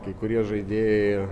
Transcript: kai kurie žaidėjai